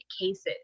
cases